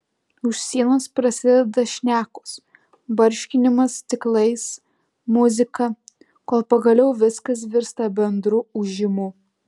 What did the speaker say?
už sienos prasideda šnekos barškinimas stiklais muzika kol pagaliau viskas virsta bendru ūžimu